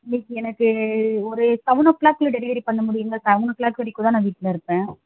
இன்றைக்கி எனக்கு ஒரு செவன் ஓ க்ளாக் குள்ளே டெலிவரி பண்ண முடியுங்களா செவன் ஓ க்ளாக் வரைக்கும் தான் நான் வீட்டில் இருப்பேன்